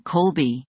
Colby